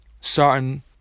certain